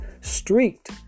streaked